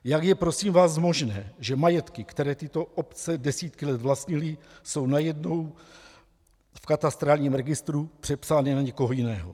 Jak je prosím vás možné, že majetky, které tyto obce desítky let vlastnily, jsou najednou v katastrálním registru přepsány na někoho jiného?